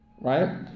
Right